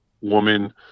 woman